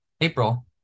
April